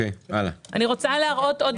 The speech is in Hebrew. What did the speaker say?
אני רוצה להראות עוד